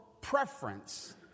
preference